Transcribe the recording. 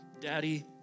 Daddy